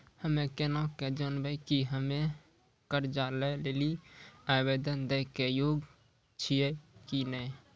हम्मे केना के जानबै कि हम्मे कर्जा लै लेली आवेदन दै के योग्य छियै कि नै?